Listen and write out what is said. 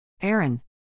Aaron